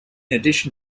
addition